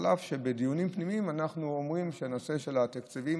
אף שבדיונים פנימיים אנחנו אומרים שנושא התקציבים,